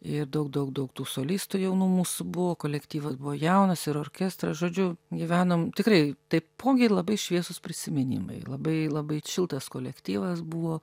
ir daug daug daug tų solistų jaunų mūsų buvo kolektyvas buvo jaunas ir orkestras žodžiu gyvenom tikrai taipogi labai šviesūs prisiminimai labai labai šiltas kolektyvas buvo